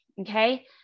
Okay